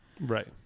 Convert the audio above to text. Right